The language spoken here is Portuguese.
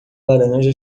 laranja